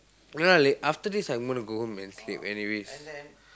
you know after this I'm gonna go home and sleep anyways